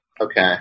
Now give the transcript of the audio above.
Okay